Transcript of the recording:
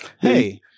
Hey